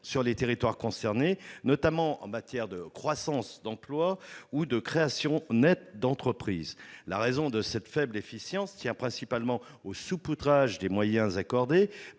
sur les territoires concernés, notamment en matière de croissance, d'emploi et de création nette d'entreprises. Les raisons de cette faible efficacité tiennent principalement au saupoudrage des moyens accordés,